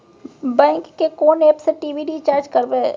Bank के कोन app से टी.वी रिचार्ज करबे?